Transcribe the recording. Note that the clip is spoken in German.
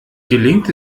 gelingt